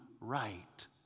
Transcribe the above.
right